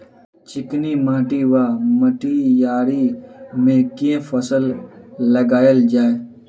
चिकनी माटि वा मटीयारी मे केँ फसल लगाएल जाए?